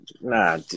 nah